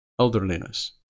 elderliness